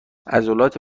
عضلات